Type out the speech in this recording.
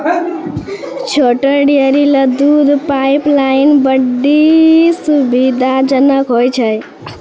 छोटो डेयरी ल दूध पाइपलाइन बड्डी सुविधाजनक होय छै